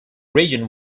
region